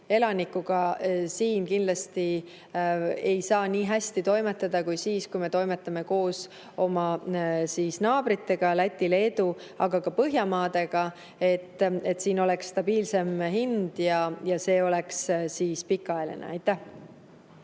elanikuga kindlasti ei saa nii hästi toimetada kui siis, kui me toimetame koos oma naabritega, Läti ja Leedu, aga ka Põhjamaadega, et siin oleks stabiilsem hind ja see oleks pikaajaline.